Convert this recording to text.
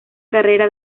carrera